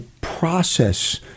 process